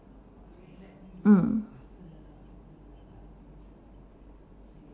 mm